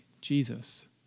Jesus